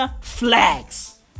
flags